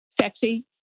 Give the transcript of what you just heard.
sexy